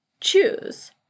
choose